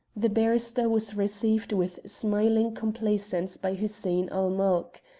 the barrister was received with smiling complacence by hussein-ul-mulk.